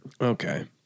Okay